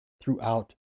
throughout